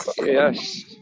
Yes